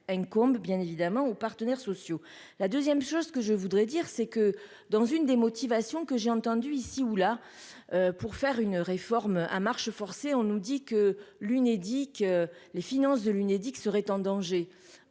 une bien évidemment aux partenaires sociaux la 2ème chose que je voudrais dire, c'est que dans une des motivations que j'ai entendu ici ou là pour faire une réforme à marche forcée, on nous dit que l'Unédic, les finances de l'Unédic serait en danger,